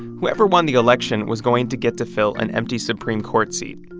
whoever won the election was going to get to fill an empty supreme court seat,